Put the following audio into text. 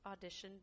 auditioned